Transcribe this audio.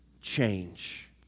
change